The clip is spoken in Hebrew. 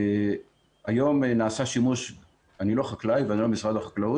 אני לא חקלאי אבל היום נעשה שימוש